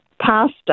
pastor